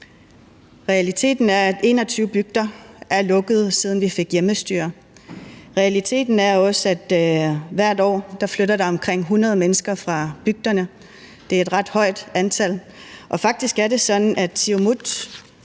Realiteten er, at 21 bygder er lukket, siden vi fik hjemmestyre. Realiteten er også, at der hvert år flytter omkring 100 mennesker fra bygderne. Det er et ret højt antal. Og faktisk er det sådan, at Siumut,